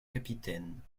capitaine